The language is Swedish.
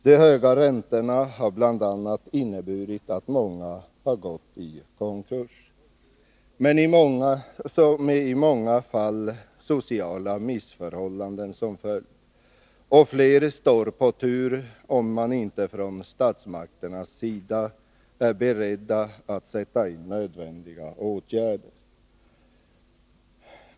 De höga räntorna har bl.a. inneburit att många gått i konkurs, med i många fall sociala missförhållanden som följd, och fler står på tur om man inte från statsmakternas sida är beredd att sätta in nödvändiga åtgärder.